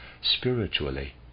spiritually